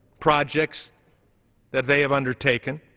projects that they have undertaken